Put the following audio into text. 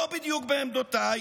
לא בדיוק בעמדותיי,